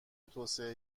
توسعه